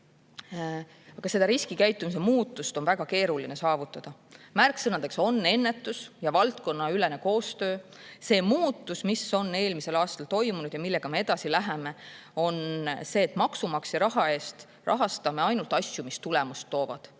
Aga seda riskikäitumise muutust on väga keeruline saavutada. Märksõnadeks on ennetus ja valdkonnaülene koostöö. See muutus, mis on eelmisel aastal toimunud ja millega me edasi läheme, on see, et maksumaksja raha eest rahastame ainult asju, mis tulemust toovad,